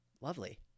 Lovely